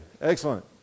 Excellent